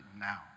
now